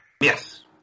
Yes